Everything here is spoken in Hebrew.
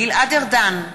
גלעד ארדן,